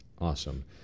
Awesome